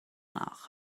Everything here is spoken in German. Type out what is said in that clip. nach